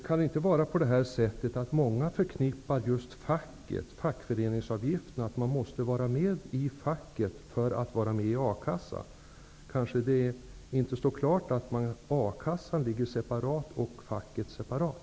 Fru talman! Kan det inte vara så att många förknippar just facket och fackföreningsavgiften med a-kassan och tror att man måste vara med i facket för att vara med i a-kassan? Det står kanske inte klart för dem att a-kassan ligger separat och facket separat.